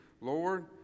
Lord